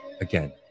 again